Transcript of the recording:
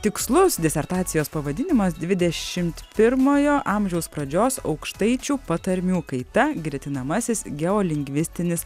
tikslus disertacijos pavadinimas dvidešimt pirmojo amžiaus pradžios aukštaičių patarmių kaita gretinamasis geolingvistinis